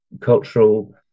cultural